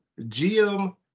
GM